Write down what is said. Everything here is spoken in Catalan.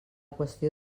qüestió